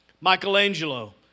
Michelangelo